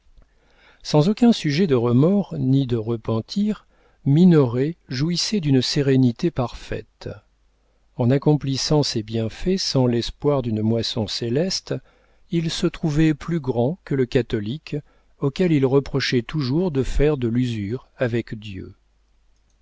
sans aucun sujet de remords ni de repentir minoret jouissait d'une sérénité parfaite en accomplissant ses bienfaits sans l'espoir d'une moisson céleste il se trouvait plus grand que le catholique auquel il reprochait toujours de faire de l'usure avec dieu